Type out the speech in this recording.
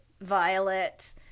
Violet